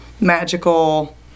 magical